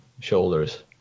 shoulders